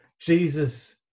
Jesus